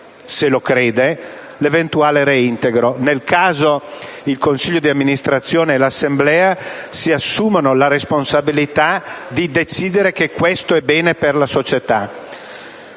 se lo crede, nel caso in cui il consiglio di amministrazione e l'assemblea stessa si assumano la responsabilità di decidere che questo è bene per la società.